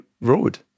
road